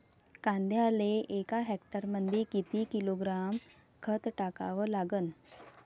कांद्याले एका हेक्टरमंदी किती किलोग्रॅम खत टाकावं लागन?